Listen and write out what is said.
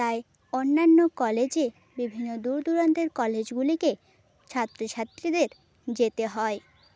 তাই অন্যান্য কলেজে বিভিন্ন দূরদূরান্তের কলেজগুলিকে ছাত্রছাত্রীদের যেতে হয়